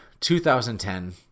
2010